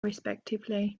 respectively